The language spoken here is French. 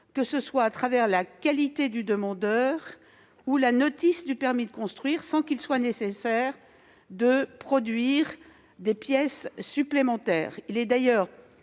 que ce soit à travers la qualité du demandeur ou la notice du permis de construire, sans qu'il soit nécessaire de produire des pièces supplémentaires.